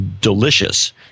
delicious